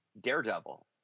Daredevil